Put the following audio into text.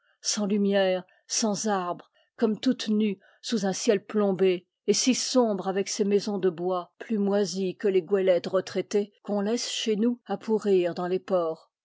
sans lumière sans arbres comme toute nue sous un ciel plombé et si sombre avec ses maisons de bois plus moisi es que les goélettes retraitées qu'on laisse chez nous à pourrir dans les ports